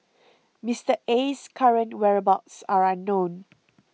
Mister Aye's current whereabouts are unknown